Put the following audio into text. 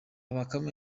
bakame